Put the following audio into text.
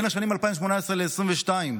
בשנים 2018 עד 2022,